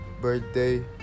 birthday